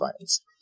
Finds